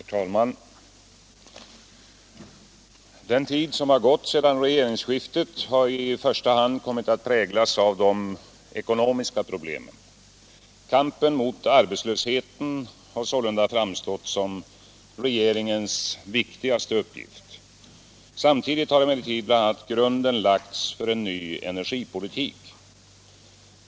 Herr talman! Den tid som har gått sedan regeringsskiftet har i första hand kommit att präglas av de ekonomiska problemen. Kampen mot arbetslösheten har sålunda framstått som regeringens viktigaste uppgift. Samtidigt har emellertid bl.a. grunden lagts för en ny energipolitik.